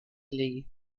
leigh